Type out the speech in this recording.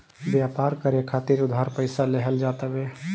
व्यापार करे खातिर उधार पईसा लेहल जात हवे